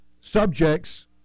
subjects